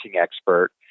expert